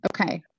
Okay